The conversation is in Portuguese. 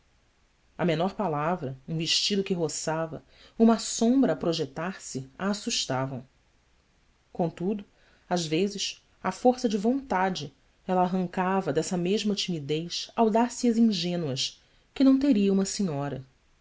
a menor palavra um vestido que roçava uma sombra a projetar se a assustavam contudo às vezes à força de vontade ela arrancava dessa mesma timidez audácias ingênuas que não teria uma senhora